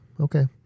Okay